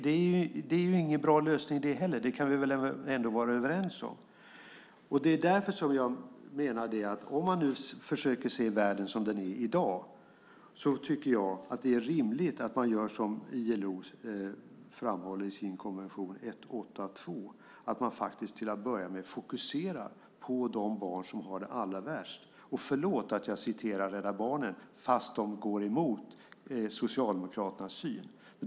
Det är inte heller någon bra lösning; det kan vi väl ändå vara överens om. Därför menar jag att om man försöker se världen som den är i dag är det rimligt att göra som ILO framhåller i sin konvention 182 och till att börja med fokusera på de barn som har det allra värst. Och förlåt att jag citerar Rädda Barnen när de går emot Socialdemokraternas syn.